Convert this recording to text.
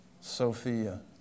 Sophia